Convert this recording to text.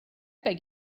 beg